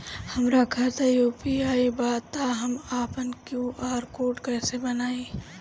हमार खाता यू.पी.आई बा त हम आपन क्यू.आर कोड कैसे बनाई?